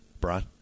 Brian